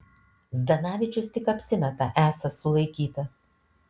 zdanavičius tik apsimeta esąs sulaikytas